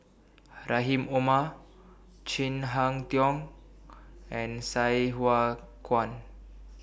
Rahim Omar Chin Harn Tong and Sai Hua Kuan